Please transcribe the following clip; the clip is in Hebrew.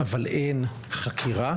אבל אין חקירה.